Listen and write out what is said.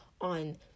on